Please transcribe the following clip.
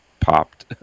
Popped